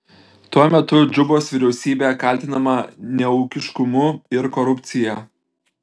tuo metu džubos vyriausybė kaltinama neūkiškumu ir korupcija